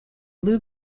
lou